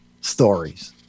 stories